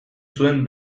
zuen